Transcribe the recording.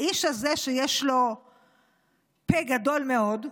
האיש הזה, שיש לו פה גדול מאוד,